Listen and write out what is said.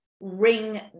ring